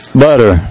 butter